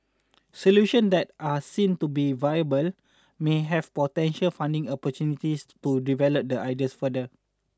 solution that are seen to be viable may have potential funding opportunities to develop the ideas further